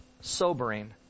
sobering